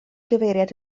gyfeiriad